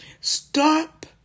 Stop